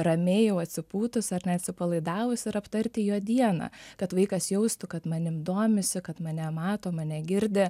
ramiai jau atsipūtus ar ne atsipalaidavus ir aptarti jo dieną kad vaikas jaustų kad manim domisi kad mane mato mane girdi